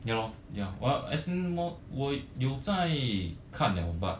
ya lor ya what as in 我有在看 leh but